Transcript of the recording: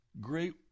great